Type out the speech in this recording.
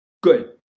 good